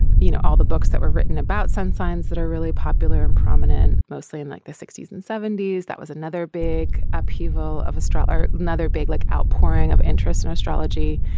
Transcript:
you know all the books that were written about some signs that are really popular and prominent mostly in like the sixty s and seventy s. that was another big upheaval of astrologer. another big like outpouring of interest in astrology.